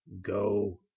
go